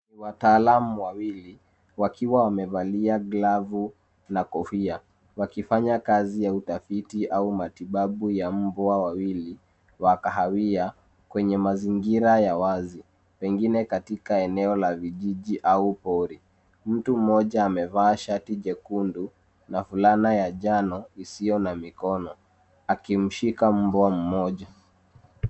Wataalamu wawili wamevalia glavu na kofia, wakihudumia au wakitoa matibabu kwa mbwa wawili wakiwa katika mazingira ya wazi, huenda eneo la zizi au uboreshaji wa mifugo. Mtu mmoja amevaa t-shirt nyekundu na fulana ya njano isiyo na mikono, akiwa amemshikilia mbwa mmoja